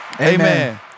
Amen